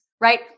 right